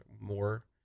more